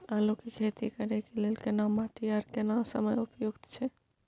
आलू के खेती करय के लेल केना माटी आर केना समय उपयुक्त छैय?